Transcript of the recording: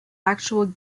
actual